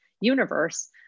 universe